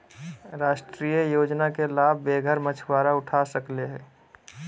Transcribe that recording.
राष्ट्रीय योजना के लाभ बेघर मछुवारा उठा सकले हें